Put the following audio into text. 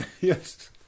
Yes